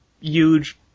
huge